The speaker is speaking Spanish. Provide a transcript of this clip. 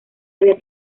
había